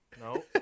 No